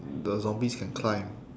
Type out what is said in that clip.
the zombies can climb